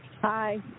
Hi